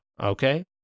Okay